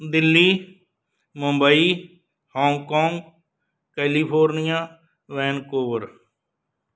Delhi Mumbai Hong Kong California Vancouver